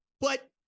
But-